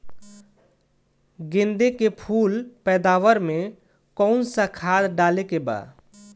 गेदे के फूल पैदवार मे काउन् सा खाद डाले के बा?